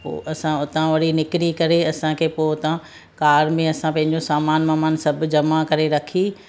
पोइ असां उतां वरी निकिरी करे असांखे पोइ हुतां कार में असां पंहिंजो सामानु वामान सभु जमा करे रखी